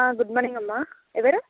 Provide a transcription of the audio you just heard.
good morning అమ్మ ఎవరు